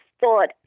thought